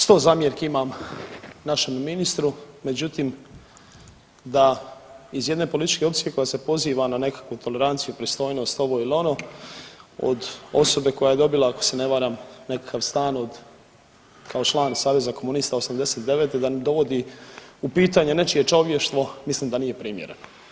Sto zamjerki imam našem ministru, međutim da iz jedne političke opcije koja se poziva na nekakvu toleranciju, pristojnost, ovo ili ono od osobe koja je dobila ako se ne varam nekakav stan kao član Saveza komunista '89. da ne dovodi u pitanje nečije čovještvo, mislim da nije primjereno.